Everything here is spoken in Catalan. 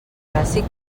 clàssic